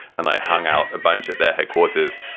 and i hung out a bunch at their headquarters.